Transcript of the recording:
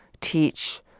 teach